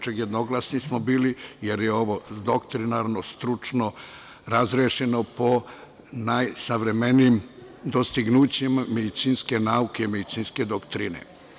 Bili smo jednoglasni, jer je ovo doktrinarno, stručno, razrešeno po najsavremenijim dostignućima medicinske nauke i medicinske doktrine.